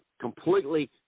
completely